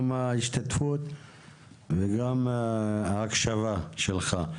גם ההשתתפות וגם ההקשבה שלך.